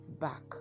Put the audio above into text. back